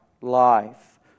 life